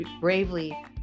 bravely